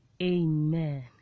Amen